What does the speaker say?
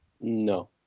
No